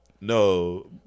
No